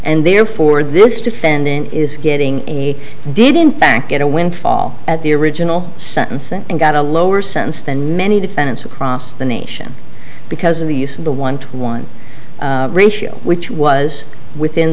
and therefore this defendant is getting a did in fact get a windfall at the original sentence and got a lower sentence than many defendants across the nation because of the use of the one to one ratio which was within